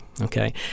Okay